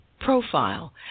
profile